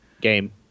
game